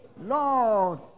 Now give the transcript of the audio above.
Lord